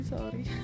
sorry